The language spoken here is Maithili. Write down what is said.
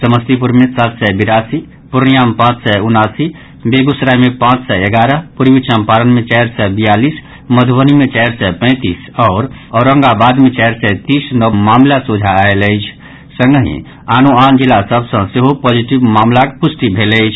समस्तीपुर मे सात सय बिरासी पूर्णियां मे पांच सय उनासी बेगूसराय मे पांच सय एगारह पूर्वी चम्पारण मे चारि सय बियालीस मधुबनी मे चारि सय पैंतीस आओर औरंगाबाद मे चारि सय तीस नव मामिला सोझा आयल अछि संगहि आनो आन जिला सभ सँ सेहो पॉजिटिव मामिलाक पुष्टि भेल अछि